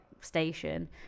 station